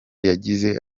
yagize